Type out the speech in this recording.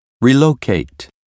Relocate